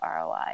ROI